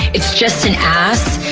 it's just an ass.